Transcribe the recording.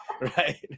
right